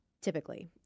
Typically